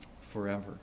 forever